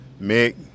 Mick